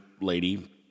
lady